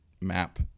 map